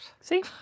See